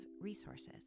resources